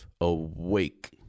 awake